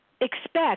expect